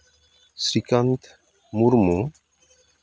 Srikant Murmu